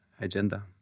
agenda